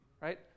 Right